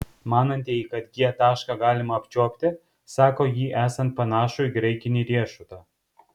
manantieji kad g tašką galima apčiuopti sako jį esant panašų į graikinį riešutą